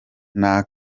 nta